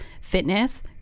fitness